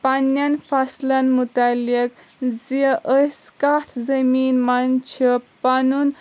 پنٕنٮ۪ن فصلن مُتعلق زِ أس کتھ زٔمیٖن منٛز چھِ پنُن